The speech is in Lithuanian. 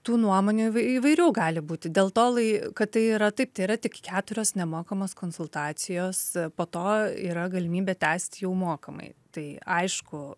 tų nuomonių įvairių gali būti dėl to lai kad tai yra taip tai yra tik keturios nemokamos konsultacijos po to yra galimybė tęsti jau mokamai tai aišku